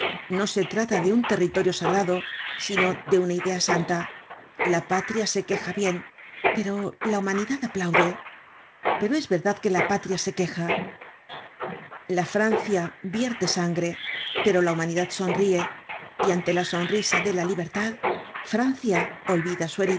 no se trata de un territorio sagrado sino de una idea santa la patria se queja bien pero la humanidad aplaude pero es verdad que la patria se queja la francia vierte sangre pero la humanidad sonrie y ante la sonrisa de la libertad francia olvida